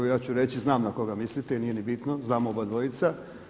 Ja ću reći znam na koga mislite i nije ni bitno, znamo obadvojica.